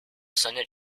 senate